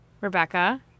Rebecca